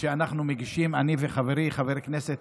שאנחנו מגישים, אני וחברי חבר הכנסת